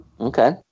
Okay